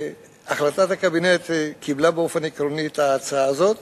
החלטת הקבינט קיבלה באופן עקרוני את ההצעה הזאת,